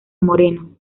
moreno